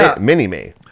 mini-me